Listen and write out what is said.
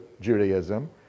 Judaism